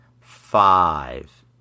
five